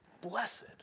Blessed